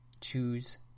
choose